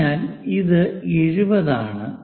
അതിനാൽ ഇത് 70 ആണ്